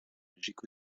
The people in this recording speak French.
belgique